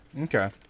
Okay